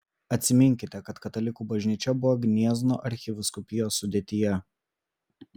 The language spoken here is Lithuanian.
atsiminkite kad katalikų bažnyčia buvo gniezno arkivyskupijos sudėtyje